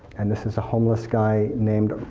and this is a homeless guy named